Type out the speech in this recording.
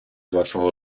вашого